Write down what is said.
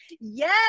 yes